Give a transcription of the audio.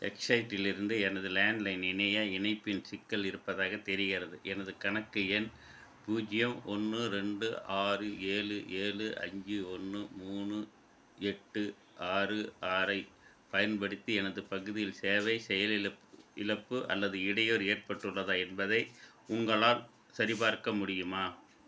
எக்ஸைட்டிலிருந்து எனது லேண்ட்லைன் இணைய இணைப்பில் சிக்கல் இருப்பதாகத் தெரிகிறது எனது கணக்கு எண் பூஜ்ஜியம் ஒன்று ரெண்டு ஆறு ஏழு ஏழு அஞ்சு ஒன்று மூணு எட்டு ஆறு ஆறை பயன்படுத்தி எனது பகுதியில் சேவை செயலிலப் இழப்பு அல்லது இடையூறு ஏற்பட்டுள்ளதா என்பதை உங்களால் சரிபார்க்க முடியுமா